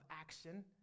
action